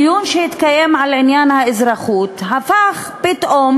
דיון שהתקיים על עניין האזרחות, הפך פתאום,